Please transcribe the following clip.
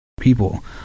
people